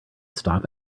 stop